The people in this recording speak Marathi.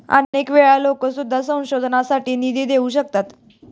अनेक वेळा लोकं सुद्धा संशोधनासाठी निधी देऊ शकतात